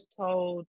told